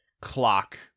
clock